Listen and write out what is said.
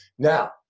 Now